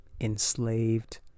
enslaved